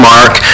Mark